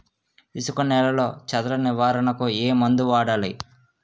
ఇసుక నేలలో చదల నివారణకు ఏ మందు వాడాలి?